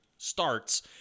Starts